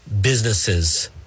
businesses